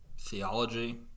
theology